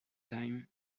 time